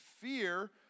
fear